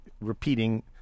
repeating